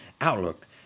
outlook